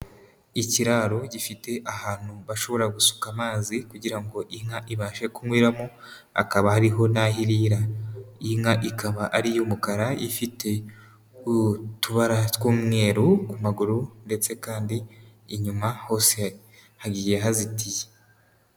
Ikiraro gifite ahantu bashobora gusuka amazi kugira ngo inka ibashe kunyweramo hakaba hariho n'aho irira, iyi nka ikaba ari iy'umukara ifite utubara tw'umweru ku maguru ndetse kandi inyuma hose hagiye hazitiye.